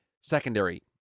secondary